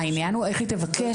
העניין הוא איך היא תבקש.